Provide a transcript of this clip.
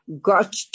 got